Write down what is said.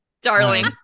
darling